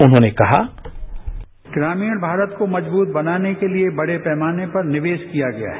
उन्होंने कहा ग्रामीण भारत को मजबूत बनाने के लिए बड़े पैमाने पर निवेश किया गया है